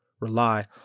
rely